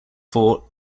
fort